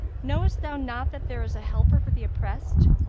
knowest thou not that there is a helper for the oppressed?